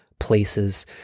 places